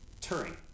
Turing